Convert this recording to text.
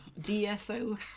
Dso